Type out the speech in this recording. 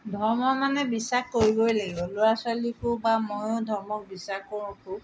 ধৰ্ম মানে বিশ্বাস কৰিবই লাগিব ল'ৰা ছোৱালীকো বা ময়ো ধৰ্মক বিশ্বাস কৰোঁতো